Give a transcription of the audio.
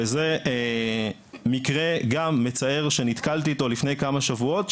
זה גם מקרה מצער שנתקלתי בו לפני כמה שבועות,